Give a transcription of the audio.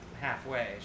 halfway